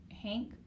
Hank